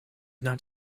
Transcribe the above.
not